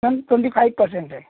ma'am twenty five percent है